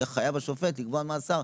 והשופט יהיה חייב לקבוע מאסר.